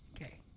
Okay